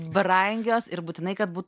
brangios ir būtinai kad būtų